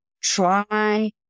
try